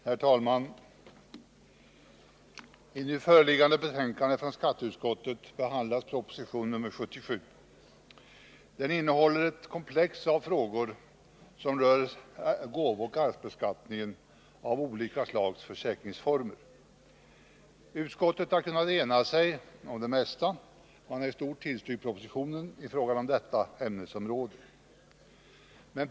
Herr talman! I det föreliggande betänkandet från skatteutskottet behandlas proposition nr 77, som innehåller ett komplex av frågor som rör gåvooch arvsbeskattningen av olika slags försäkringsförmåner. Utskottet har kunnat ena sig om det mesta. När det gäller detta ämnesområde har utskottet i stort sett tillstyrkt propositionen.